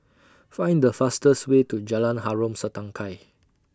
Find The fastest Way to Jalan Harom Setangkai